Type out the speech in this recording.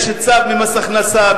יש צו ממס הכנסה,